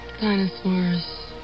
dinosaurs